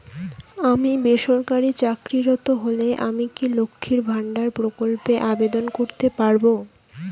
আমি বেসরকারি চাকরিরত হলে আমি কি লক্ষীর ভান্ডার প্রকল্পে আবেদন করতে পারব?